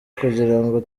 kugirango